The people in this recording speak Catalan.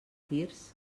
tirs